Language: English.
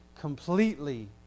completely